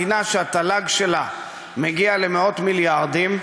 מדינה שהתל"ג שלה מגיע למאות מיליארדים,